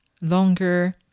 longer